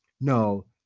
no